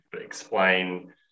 explain